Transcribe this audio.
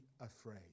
afraid